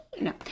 No